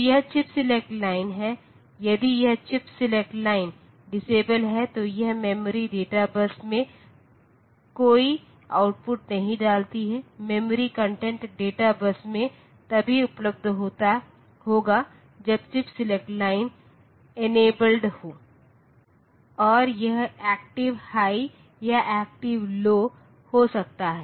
तो यह chip select line है यदि यह चिप सेलेक्ट लाइन डिसेबल है तो यह मेमोरी डेटा बस में कोई आउटपुट नहीं डालती है मेमोरी कंटेंट डेटा बस में तभी उपलब्ध होगा जब चिप सेलेक्ट लाइन इनेबल्ड हो और यह एक्टिव हाई या एक्टिव लौ हो सकता है